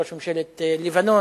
ראש ממשלת לבנון,